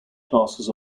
classes